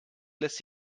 lässt